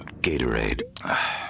Gatorade